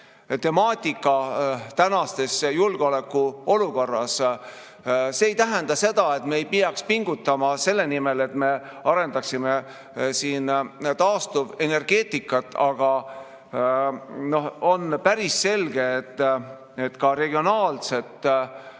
temaatika praeguses julgeolekuolukorras. See ei tähenda seda, et me ei peaks pingutama selle nimel, et me arendaksime taastuvenergeetikat, aga on päris selge, et ka regionaalset